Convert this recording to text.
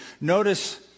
Notice